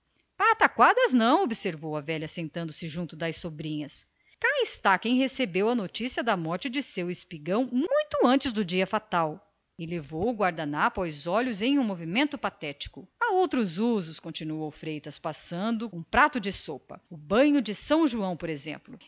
patacoadas não retorquiu a velha tomando lugar junto das sobrinhas cá está quem recebeu a notícia da morte do espigão muito antes do dia fatal e levou o guardanapo aos olhos num movimento patético há outros usos continuou freitas passando adiante um prato de sopa o banho de são joão por exemplo